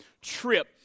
trip